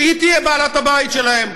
שהיא תהיה בעלת הבית שלהם.